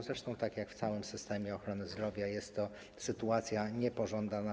Zresztą tak jak w całym systemie ochrony zdrowia, jest to sytuacja niepożądana.